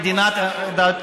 הוא שאל אותך.